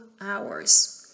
hours